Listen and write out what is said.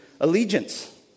allegiance